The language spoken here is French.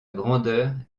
grandeur